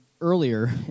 earlier